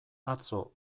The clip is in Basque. atzo